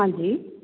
ਹਾਂਜੀ